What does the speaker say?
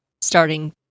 starting